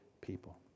people